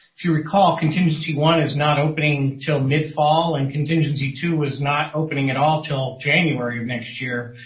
if you recall, contingency one is not opening till mid fall and contingency two is not opening at all till january of next year.